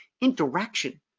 interaction